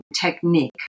technique